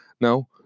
No